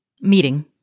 Meeting